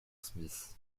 smith